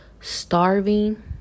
starving